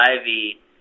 Ivy